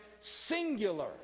singular